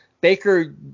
Baker